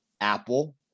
Apple